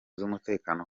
z’umutekano